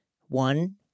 one